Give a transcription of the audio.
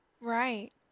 Right